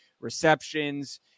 receptions